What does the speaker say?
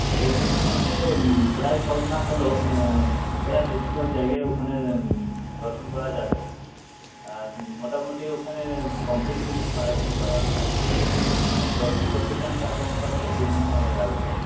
একদিনের মধ্যে প্রায় সব না হলেও প্রায় বেশিরভাগ জায়গাই ওখানে দর্শন করা যাবে আর মোটামোটি ওখানে কমপ্লিটলি এরকম সম্পূর্ণ যদি দর্শন করতে চান তাহলে মোটামুটি তিন দিন সময় লাগবে